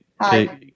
Hi